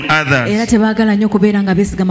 others